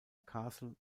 castle